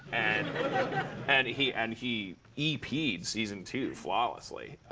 and and he and he ep'd season two flawlessly.